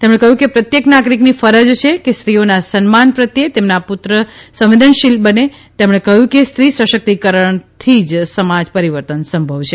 તેમણે કહ્યું કે પ્રત્યેક નાગરીકની ફરજ છે કે સ્ત્રીઓના સન્માન પ્રત્યે તેમના પુત્ર સંવેદનશીલ બને તેમણે કહ્યું કે સ્ત્રી સશક્તિકરણથી જ સમાજ પરિવર્તન સંભવ છે